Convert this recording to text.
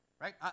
Right